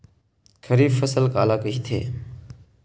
खरीफ फसल काला कहिथे?